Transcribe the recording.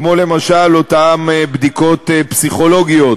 כמו למשל אותן בדיקות פסיכולוגיות